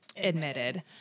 admitted